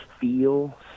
feel